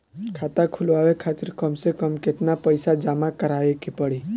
खाता खुलवाये खातिर कम से कम केतना पईसा जमा काराये के पड़ी?